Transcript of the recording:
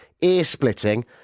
ear-splitting